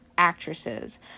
actresses